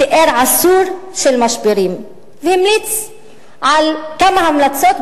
תיאר עשור של משברים והמליץ כמה המלצות,